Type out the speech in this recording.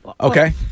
okay